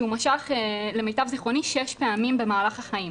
שהוא משך, למיטב זיכרוני שש פעמים במהלך החיים.